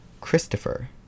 Christopher